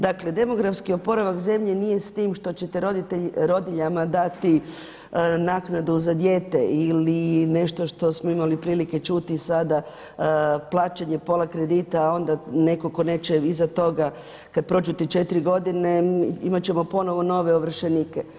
Dakle, demografski oporavak zemlje nije s tim što ćete rodiljama dati naknadu za dijete ili nešto što smo imali prilike čuti sada plaćanje pola kredita onda netko tko neće iza toga kad prođu te četiri godine imat ćemo ponovno nove ovršenike.